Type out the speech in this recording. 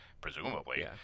presumably